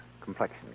complexion